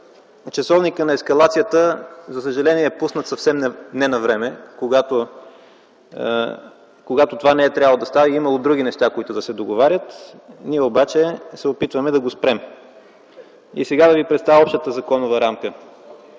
Часовникът на ескалацията за съжаление е пуснат съвсем не навреме, когато това не е трябвало да става. Имало е други неща, които да се договарят. Ние обаче се опитваме да го спрем. Сега да ви представя общата законова рамка,